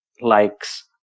likes